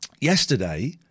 yesterday